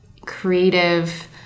creative